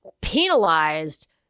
penalized